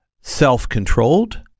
self-controlled